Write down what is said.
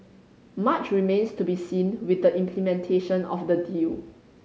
much remains to be seen with the implementation of the deal